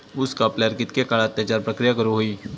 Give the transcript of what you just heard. ऊस कापल्यार कितके काळात त्याच्यार प्रक्रिया करू होई?